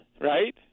right